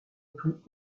plus